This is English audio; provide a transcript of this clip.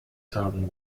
southern